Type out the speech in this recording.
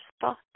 thought